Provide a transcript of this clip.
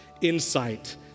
insight